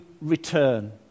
return